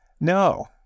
no